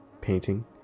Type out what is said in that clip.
painting